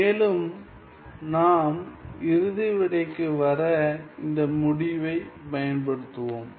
மேலும் நாம் இறுதி விடைக்கு வர இந்த முடிவை பயன்படுத்துவோம்